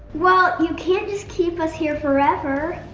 well, you can't just keep us here forever.